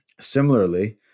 Similarly